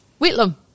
Whitlam